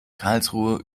karlsruhe